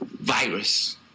virus